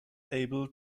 able